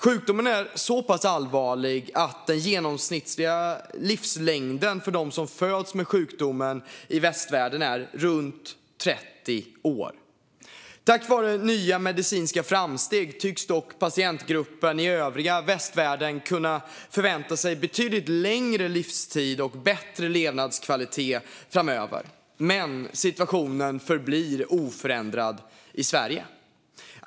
Sjukdomen är så pass allvarlig att den genomsnittliga livslängden för dem som föds med sjukdomen i västvärlden är runt 30 år. Tack vare nya medicinska framsteg tycks dock patientgruppen i övriga västvärlden kunna förvänta sig en betydligt längre livstid och bättre levnadskvalitet framöver, men situationen förblir oförändrad i Sverige.